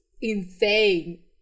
Insane